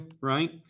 right